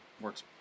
works